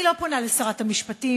אני לא פונה לשרת המשפטים,